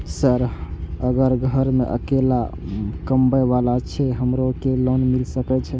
Sir अगर घर में अकेला कमबे वाला छे हमरो के लोन मिल सके छे?